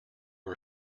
are